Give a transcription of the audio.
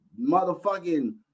motherfucking